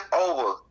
over